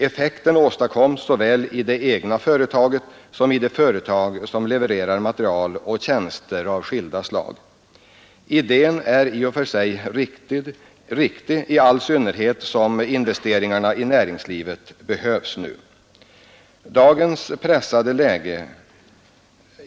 Effekten åstadkommes såväl i det egna företaget som i de företag som levererar material och tjänster av skilda slag. Idén är i och för sig riktig, i all synnerhet som investeringarna i näringslivet behövs nu.